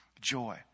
joy